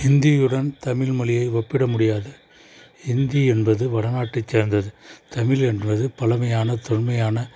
ஹிந்தியுடன் தமிழ் மொழியை ஒப்பிட முடியாது ஹிந்தி என்பது வட நாட்டைச் சேர்ந்தது தமிழ் என்பது பழமையான தொன்மையான